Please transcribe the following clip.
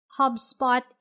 HubSpot